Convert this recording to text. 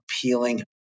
appealing